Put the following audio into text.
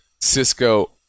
Cisco